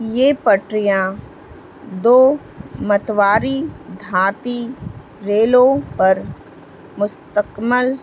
یہ پٹریاں دو متواری دھاتی ریلوں پر مستقمل